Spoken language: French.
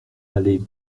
aller